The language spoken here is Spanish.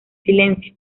silencio